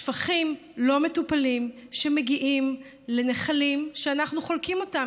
על שפכים לא מטופלים שמגיעים לנחלים שאנחנו חולקים אותם,